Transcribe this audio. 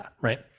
Right